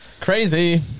Crazy